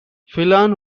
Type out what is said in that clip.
phelan